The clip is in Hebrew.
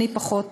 אני, פחות